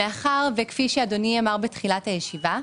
כפי שאדוני אמר בתחילת הישיבה,